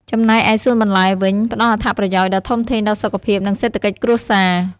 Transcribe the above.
ចំណែកឯសួនបន្លែវិញ ផ្តល់អត្ថប្រយោជន៍ដ៏ធំធេងដល់សុខភាព និងសេដ្ឋកិច្ចគ្រួសារ។